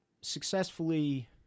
successfully